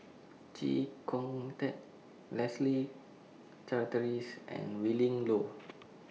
Chee Kong Tet Leslie Charteris and Willin Low